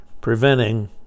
preventing